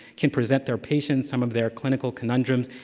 can present their patients, some of their clinical conundrums,